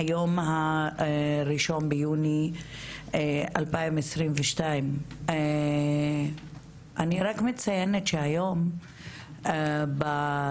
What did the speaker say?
היום ה-1 ביוני 2022. אני רק מציינת שהיום בקלנדר